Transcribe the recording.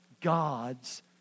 God's